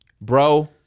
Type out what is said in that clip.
bro